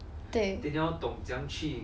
对